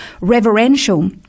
reverential